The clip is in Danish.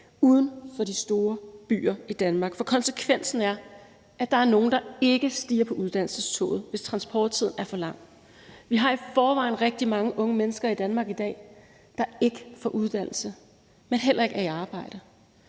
uden for de store byer i Danmark. For konsekvensen er, at der er nogle, der ikke stiger på uddannelsestoget, hvis transporttiden er for lang. Vi har i forvejen rigtig mange unge mennesker i Danmark i dag, der ikke får en uddannelse, men som heller ikke er i arbejde,